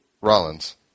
Rollins